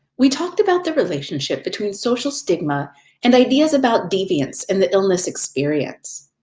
we talked about the relationship between social stigma and ideas about deviance and the illness experience.